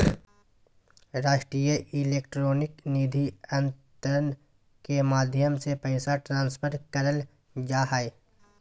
राष्ट्रीय इलेक्ट्रॉनिक निधि अन्तरण के माध्यम से पैसा ट्रांसफर करल जा हय